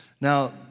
Now